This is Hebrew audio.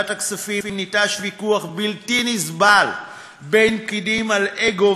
בוועדת הכספים ניטש ויכוח בלתי נסבל בין פקידים על אגו,